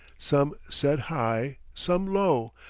some set high, some low,